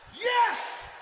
Yes